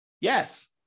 Yes